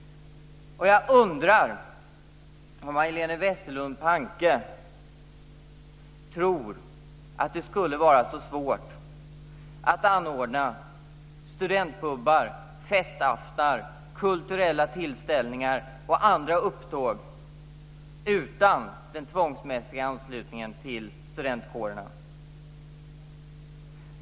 Jag undrar om Majléne Westerlund Panke tror att det skulle vara så svårt att anordna studentpubar, festaftnar, kulturella tillställningar och andra upptåg utan den tvångsmässiga anslutningen till studentkåren.